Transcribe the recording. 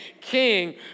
king